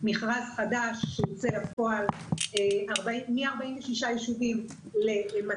מכרז חדש שיוצא לפועל מ-46 יישובים ל-239 יישובים.